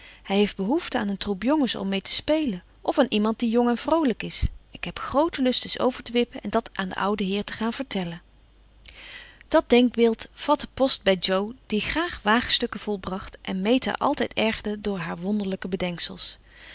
hij heeft behoefte aan een troep jongens om mee te spelen of aan iemand die jong en vroolijk is ik heb grooten lust eens over te wippen en dat aan den ouden heer te gaan vertellen dat denkbeeld vatte post bij jo die graag waagstukken volbracht en meta altijd ergerde door haar wonderlijke